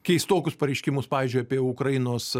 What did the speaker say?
keistokus pareiškimus pavyzdžiui apie ukrainos